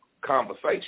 conversation